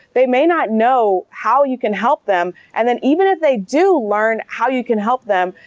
they may not know how you can help them. and then even if they do learn how you can help them.